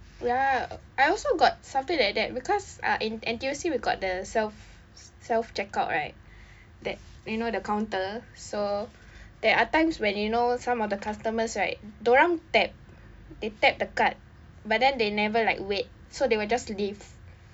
ya I also got something like that because ah in N_T_U_C we got the self self checkout right that you know the counter so there are times when you know some of the customers right dia orang tap they tap the card but then they never like wait so they will just leave